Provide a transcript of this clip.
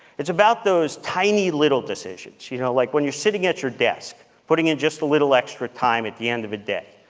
it's about those tiny little decisions, you know, like when you are sitting at your desk, putting in just a little extra time at the end of a day.